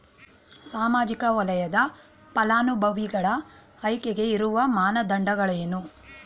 ಸಾಮಾಜಿಕ ವಲಯದ ಫಲಾನುಭವಿಗಳ ಆಯ್ಕೆಗೆ ಇರುವ ಮಾನದಂಡಗಳೇನು?